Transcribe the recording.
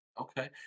Okay